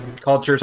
cultures